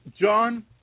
John